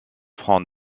francs